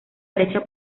derecha